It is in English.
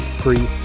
free